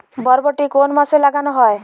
বরবটি কোন মাসে লাগানো হয়?